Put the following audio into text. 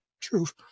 truth